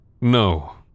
No